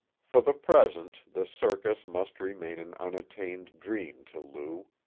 for the present the circus must remain an unattained dream to lou.